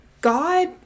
God